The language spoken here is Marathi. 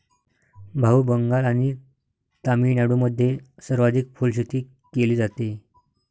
भाऊ, बंगाल आणि तामिळनाडूमध्ये सर्वाधिक फुलशेती केली जाते